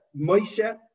Moshe